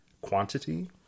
quantity